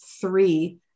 three